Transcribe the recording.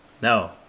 No